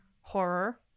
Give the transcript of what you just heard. horror